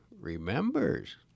remembers